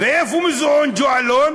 איפה מוזיאון ג'ו אלון?